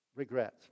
regrets